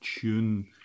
tune